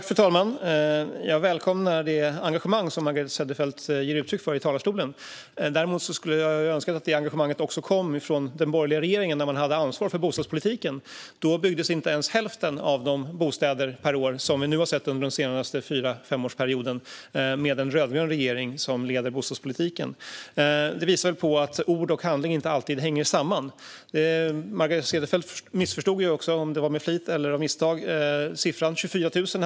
Fru talman! Jag välkomnar det engagemang som Margareta Cederfelt ger uttryck för i talarstolen. Däremot skulle jag ha önskat att det engagemanget också kommit från den borgerliga regeringen när man hade ansvar för bostadspolitiken. Då byggdes inte ens hälften så många bostäder per år som vi nu sett under den senaste 4-5-årsperioden, då en rödgrön regering lett bostadspolitiken. Detta visar att ord och handling inte alltid hänger samman. Margareta Cederfelt missförstod också, med flit eller av misstag, siffran 24 000.